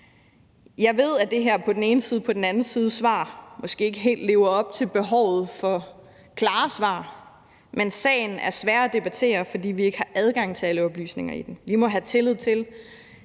Jeg ved, at det her på den ene side og på den anden side-svar måske ikke helt lever op til behovet for klare svar, men sagen er svær at debattere, fordi vi ikke har adgang til alle oplysninger i den. Vi må have tillid til,